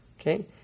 Okay